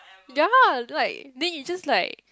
ya like then you just like